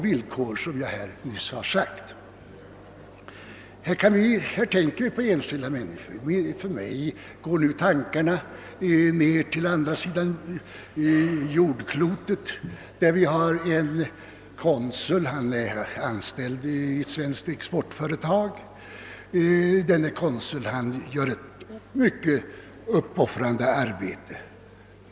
För mig går exempelvis tankarna till en konsul på andra sidan jordklotet, anställd i ett svenskt exportföretag. Denne konsul utför ett mycket uppoffrande arbete.